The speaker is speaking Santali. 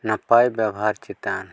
ᱱᱟᱯᱟᱭ ᱵᱮᱵᱷᱟᱨ ᱪᱮᱛᱟᱱ